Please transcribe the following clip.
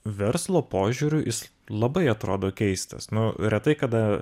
verslo požiūriu jis labai atrodo keistas nu retai kada